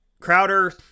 Crowder